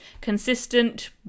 consistent